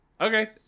Okay